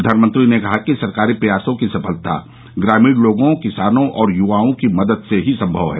प्रधानमंत्री ने कहा कि सरकारी प्रयासों की सफलता ग्रामीण लोगों किसानों और युवाओं की मदद से ही संभव है